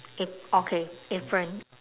it okay apron